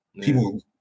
people